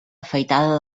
afaitada